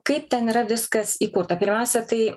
kaip ten yra viskas įkurta pirmiausia tai